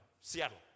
Seattle